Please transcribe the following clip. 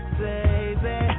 baby